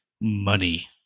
money